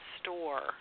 store